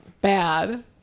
bad